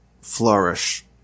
flourish